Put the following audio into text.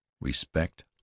Respect